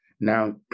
Now